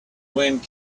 wind